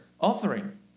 offering